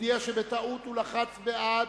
מודיע שבטעות הוא לחץ בעד,